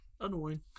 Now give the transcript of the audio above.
Annoying